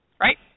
right